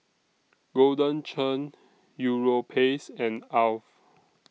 Golden Churn Europace and Alf